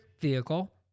vehicle